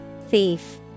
Thief